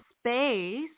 space